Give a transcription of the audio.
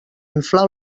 inflar